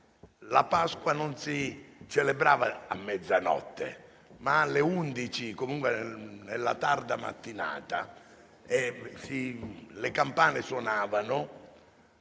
la Pasqua non si celebrava a mezzanotte, ma alle ore 11 o comunque nella tarda mattinata: le campane suonavano